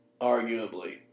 arguably